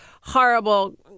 horrible